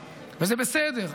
וזה בסדר.